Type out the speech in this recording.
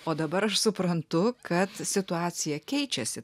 o dabar aš suprantu kad situacija keičiasi